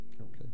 Okay